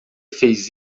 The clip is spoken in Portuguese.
fez